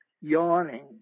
yawning